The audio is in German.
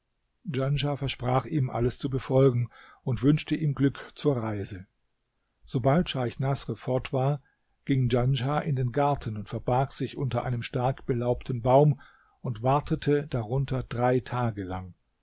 djanschah versprach ihm alles zu befolgen und wünschte ihm glück zur reise sobald scheich naßr fort war ging djanschah in den garten und verbarg sich unter einem stark belaubten baum und wartete darunter drei tage lang